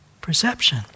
perception